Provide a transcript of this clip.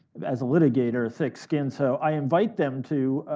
as a litigator, a thick skin, so i invite them to,